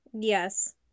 Yes